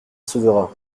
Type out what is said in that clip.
sauvera